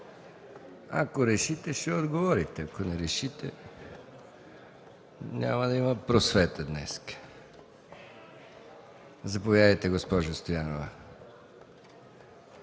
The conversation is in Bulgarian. ако решите – ще отговорите, ако не решите – няма да има просвета днес! Заповядайте, госпожо Стоянова.